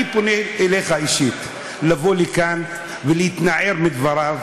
אני פונה אליך אישית לבוא לכאן ולהתנער מדבריו,